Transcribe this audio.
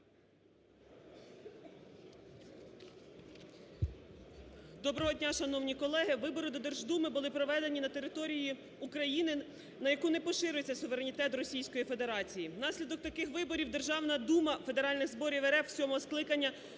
Доброго дня, шановні колеги! Вибори до Держдуми були проведені на території України, на яку не поширюється суверенітет Російської Федерації. Внаслідок таких виборів Державна Дума Федеральних Зборів РФ сьомого скликання